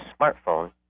smartphone